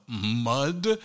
mud